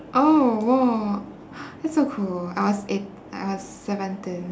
oh !wow! that's so cool I was eight I was seventeen